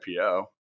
IPO